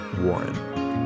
Warren